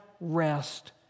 rest